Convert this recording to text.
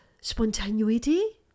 spontaneity